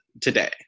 today